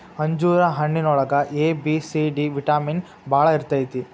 ಅಂಜೂರ ಹಣ್ಣಿನೊಳಗ A, B, C, D vitamin ಬಾಳ ಇರ್ತೈತಿ